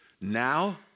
now